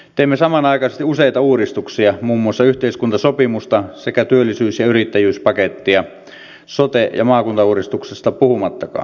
teemme samanaikaisesti useita uudistuksia muun muassa yhteiskuntasopimusta sekä työllisyys ja yrittäjyyspakettia sote ja maakuntauudistuksesta puhumattakaan